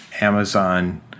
Amazon